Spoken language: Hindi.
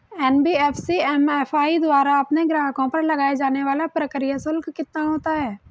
एन.बी.एफ.सी एम.एफ.आई द्वारा अपने ग्राहकों पर लगाए जाने वाला प्रक्रिया शुल्क कितना होता है?